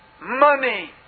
money